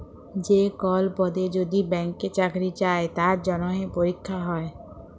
যে কল পদে যদি ব্যাংকে চাকরি চাই তার জনহে পরীক্ষা হ্যয়